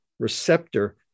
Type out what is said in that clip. receptor